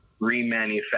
remanufacture